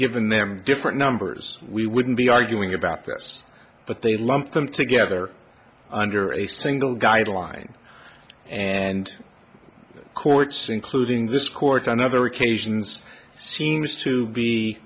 given them different numbers we wouldn't be arguing about this but they lump them together under a single guideline and courts including this court on other occasions seems to be